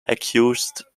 accused